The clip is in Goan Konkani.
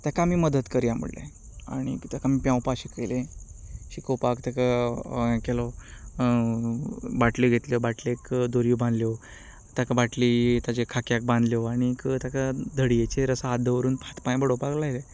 ताका आमी मदत करया म्हणलें आनी कित्याक आमी पेंवपाक शिकयलें शिकोवपाक ताका हें केलो बाटल्यो घेतल्यो बाटलेक दोरी बांदल्यो ताका बाटली ताच्या खाक्यांत बांदल्यो आनी ताका धडयेचेर हात दवरून हात पांय बुडोवपाक लायलें